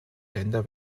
länder